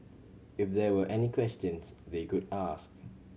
if there were any questions they could ask